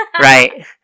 right